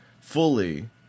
fully